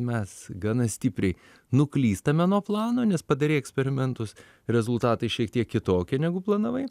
mes gana stipriai nuklystame nuo plano nes padarei eksperimentus rezultatai šiek tiek kitokie negu planavai